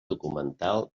documental